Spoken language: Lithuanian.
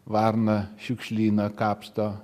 varna šiukšlyną kapsto